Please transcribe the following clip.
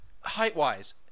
height-wise